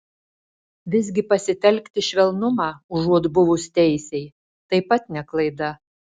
visgi pasitelkti švelnumą užuot buvus teisiai taip pat ne klaida